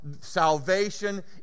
salvation